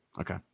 okay